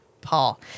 Paul